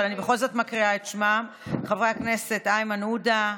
אני בכל זאת מקריאה את שמם: חברי הכנסת איימן עודה,